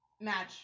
match